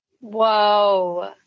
whoa